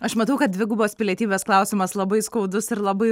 aš matau kad dvigubos pilietybės klausimas labai skaudus ir labai